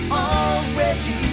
already